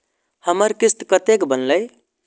हमर किस्त कतैक बनले?